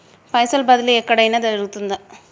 పైసల బదిలీ ఎక్కడయిన జరుగుతదా?